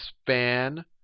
span